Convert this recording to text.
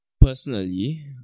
personally